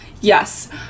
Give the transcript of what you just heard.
yes